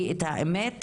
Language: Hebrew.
כי את האמת?